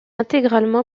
intégralement